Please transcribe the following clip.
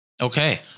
Okay